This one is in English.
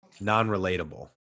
non-relatable